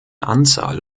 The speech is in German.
anzahl